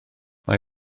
mae